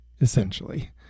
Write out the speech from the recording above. essentially